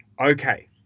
Okay